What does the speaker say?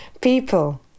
people